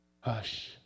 Hush